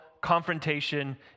confrontation